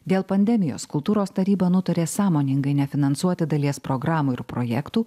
dėl pandemijos kultūros taryba nutarė sąmoningai nefinansuoti dalies programų ir projektų